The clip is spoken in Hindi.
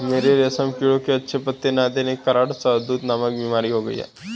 मेरे रेशम कीड़ों को अच्छे पत्ते ना देने के कारण शहदूत नामक बीमारी हो गई है